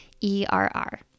E-R-R